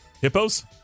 Hippos